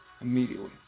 immediately